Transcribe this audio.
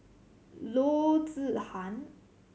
Loo Zihan